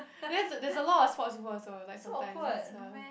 then there's there's a lot of sports peoples also like sometimes ya